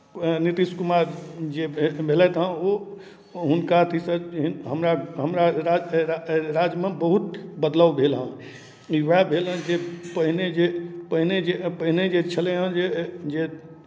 नीतीश कुमार जे भेल भे भेलथि हेँ ओ हुनका अथिसँ हि हमरा हमरा हमरा राज्यमे बहुत बदलाव भेल हन ई उएह भेल हन जे पहिने जे पहिने जे पहिने जे छलै हन जे जे